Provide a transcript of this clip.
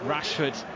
Rashford